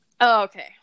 Okay